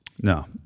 No